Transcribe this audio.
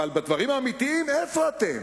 אבל בדברים האמיתיים, איפה אתם?